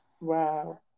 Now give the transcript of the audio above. Wow